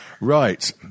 Right